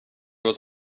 was